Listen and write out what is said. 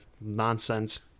nonsense